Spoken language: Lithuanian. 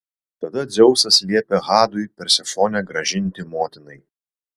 tada dzeusas liepė hadui persefonę grąžinti motinai